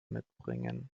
mitbringen